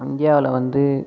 இந்தியாவில் வந்து